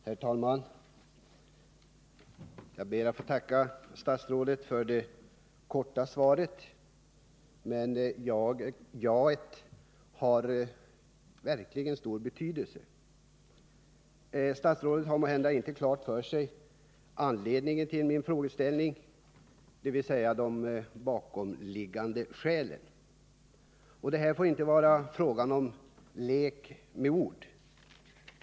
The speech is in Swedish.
Herr talman! Jag ber att få tacka statsrådet för det korta svaret. Detta ja har verkligen stor betydelse. Statsrådet har måhända inte klart för sig anledningen till min frågeställning, dvs. de bakomliggande skälen. Men detta får inte vara en fråga om lek med ord.